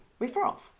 referrals